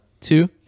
two